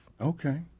Okay